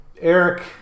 Eric